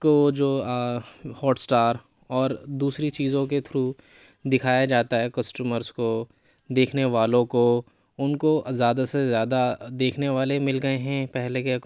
کو جو Hotstar اور دوسری چیزوں کے تھرو دکھایا جاتا ہے کسڑمرس کو دیکھنے والوں کو اُن کو زیادہ سے زیادہ دیکھنے والے مل گیے ہیں پہلے کے